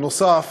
נוסף